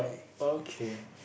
okay